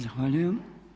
Zahvaljujem.